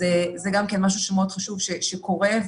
זה גם משהו שמאוד חשוב שהוא קורה.